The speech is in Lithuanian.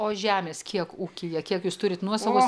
o žemės kiek ūkyje kiek jūs turit nuosavos